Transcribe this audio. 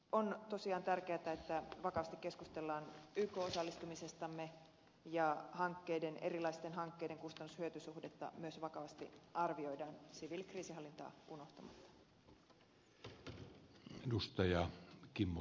on tosiaan tärkeätä että vakavasti keskustellaan yk osallistumisestamme ja erilaisten hankkeiden kustannushyöty suhdetta myös vakavasti arvioidaan siviilikriisinhallintaa unohtamatta